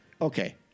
Okay